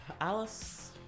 Alice